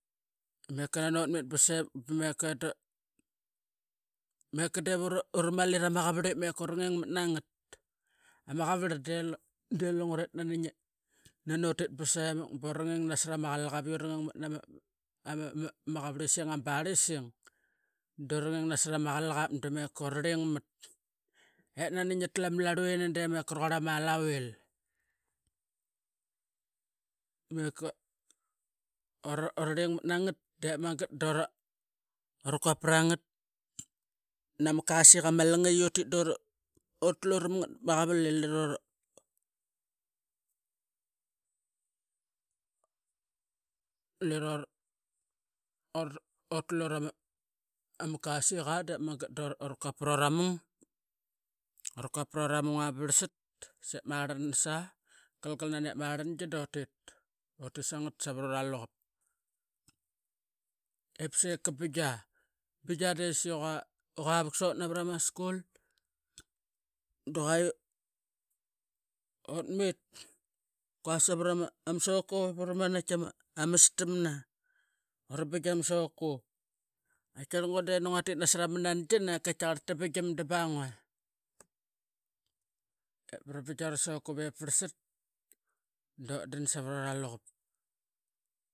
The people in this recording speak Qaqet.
Meka nanut mit ba sevak, ba meka da meka diip uramali rama qavarl da meka uranging mat na ngat. Ama qavarl de lungura nani ngia utiti bura ngingmat nasat ama qalaqap i urangingmat nama qaverlisang ama barising dura nging nasarama qalqap da meka urarlingmat. Et nani ngitlu ama larluini demaka raquarl ama alavil. Meka urlingmat nangat, dep mangat dura quap prangat nama kasik ama langait. I utit duratlu ramngat pama qarval ip i ura atlu ra ama kasikqa depmangat dura quap pruramung ba varsat. Dep marlanasa, gal galna ip ma arlangi dutit sangat savat ura luqup ep sika bingia. Bingia de seka vuksot navarama school du qua savarama soku. Ura manait tama amastamna, ura bigiam tama soku. Qataqarl ngua de ngua tit nasaram nangi na ip qataqarl ta bigim da ba ngua. Ep bura bigiam tura soku ba varlsat, dutdan savat ura luqup.